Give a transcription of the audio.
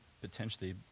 potentially